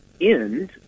end